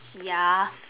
ya